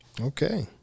okay